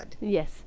Yes